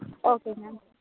okay ma'am